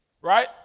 Right